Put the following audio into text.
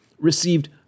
received